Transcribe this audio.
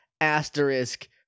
Asterisk